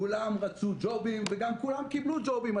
כולם רצו ג'ובים וגם כולם קיבלו ג'ובים.